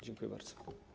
Dziękuję bardzo.